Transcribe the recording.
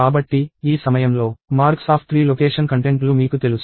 కాబట్టి ఈ సమయంలో marks3 లొకేషన్ కంటెంట్లు మీకు తెలుసు